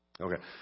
Okay